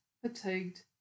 fatigued